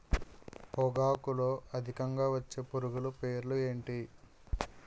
పొగాకులో అధికంగా వచ్చే పురుగుల పేర్లు ఏంటి